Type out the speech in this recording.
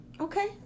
Okay